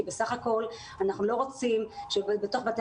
בסך הכול אנחנו לא רוצים שבתוך בתי